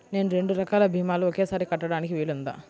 నేను రెండు రకాల భీమాలు ఒకేసారి కట్టడానికి వీలుందా?